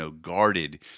guarded